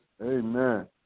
Amen